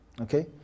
okay